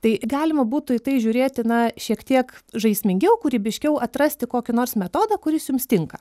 tai galima būtų į tai žiūrėti na šiek tiek žaismingiau kūrybiškiau atrasti kokį nors metodą kuris jums tinka